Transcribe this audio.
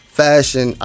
fashion